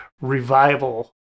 revival